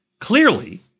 Clearly